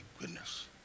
goodness